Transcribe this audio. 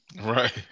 Right